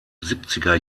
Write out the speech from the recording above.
siebziger